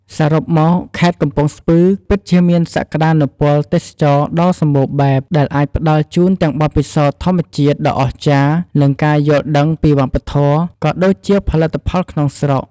សរុបមក ខេត្តកំពង់ស្ពឺពិតជាមានសក្ដានុពលទេសចរណ៍ដ៏សម្បូរបែប ដែលអាចផ្ដល់ជូនទាំងបទពិសោធន៍ធម្មជាតិដ៏អស្ចារ្យ និងការយល់ដឹងពីវប្បធម៌ ក៏ដូចជាផលិតផលក្នុងស្រុក។